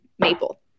Maple